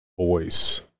voice